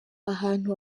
ahantu